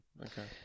Okay